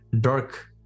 Dark